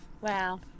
wow